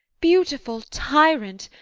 beautiful tyrant!